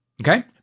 okay